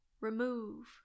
remove